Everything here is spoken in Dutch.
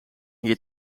hier